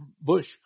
bush